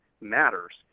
matters